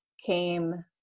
came